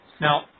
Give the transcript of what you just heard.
Now